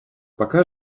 пока